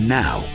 now